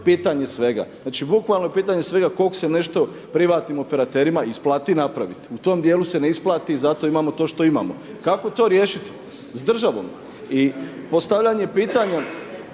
pitanje svega. Znači bukvalno je pitanje svega kog se nešto privatnim operaterima isplati napraviti. U tom djelu se ne isplati i zato imamo to što imamo. Kako to riješiti? S državom. I postavljanje pitanja